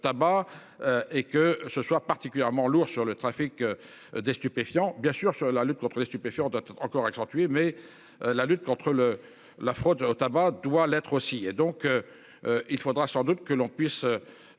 tabac. Et que ce soit particulièrement lourd sur le trafic. Des stupéfiants bien sûr sur la lutte contre les stupéfiants encore accentuée. Mais la lutte contre le la fraude au tabac doit l'être aussi et donc. Il faudra sans doute que l'on puisse.